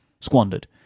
squandered